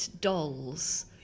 dolls